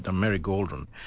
ah mary gaudron,